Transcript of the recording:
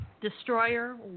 Destroyer